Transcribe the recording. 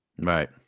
Right